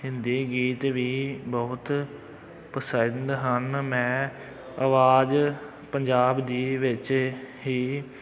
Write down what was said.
ਹਿੰਦੀ ਗੀਤ ਵੀ ਬਹੁਤ ਪਸੰਦ ਹਨ ਮੈਂ ਆਵਾਜ਼ ਪੰਜਾਬ ਦੀ ਵਿੱਚ ਹੀ